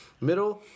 Middle